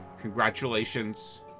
congratulations